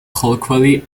colloquially